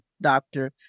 doctor